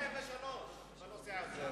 מה הוא עשה ב-2003 בנושא הזה?